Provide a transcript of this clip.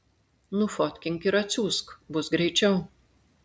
nufotkink ir atsiųsk bus greičiau